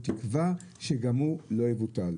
בתקווה שגם הוא לא יבוטל.